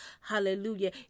Hallelujah